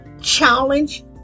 challenge